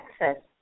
access